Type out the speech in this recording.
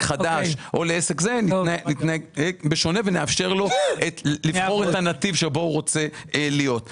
חדש לבחור את הנתיב שבו הוא רוצה להיות.